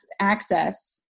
access